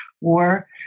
War